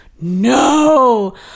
no